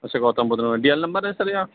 اچھا گوتم بدھ نگر ڈی ایل نمبر ہے سر یا